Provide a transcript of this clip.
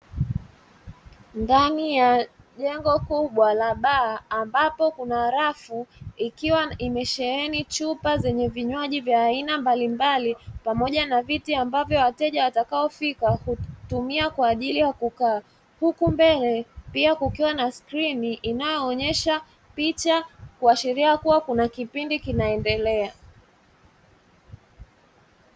Ndani ya jengo kubwa la baa, ambapo kuna rafu ikiwa imesheheni chupa zenye vinywaji vya aina mbalimbali pamoja na viti, ambavyo wateja watakaofika hutumia kwa ajili ya kukaa huku mbele pia kukiwa na skrini, inayoonyesha picha kuashiria kuwa kuna kipindi kinaendelea.